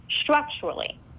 structurally